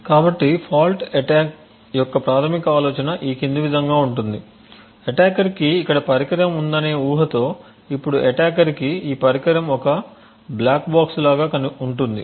కాబట్టి fault attack యొక్క ప్రాథమిక ఆలోచన ఈ విధంగా ఉంటుంది అటాకర్కి ఇక్కడ పరికరం ఉందని ఊహతో ఇప్పుడు అటాకర్ కి ఈ పరికరం ఒక బ్లాక్ బాక్స్ లాగా ఉంటుంది